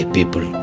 People